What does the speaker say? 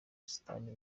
busitani